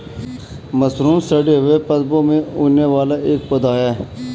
mushroom सड़े हुए पादपों में उगने वाला एक पौधा है